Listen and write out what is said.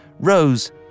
Rose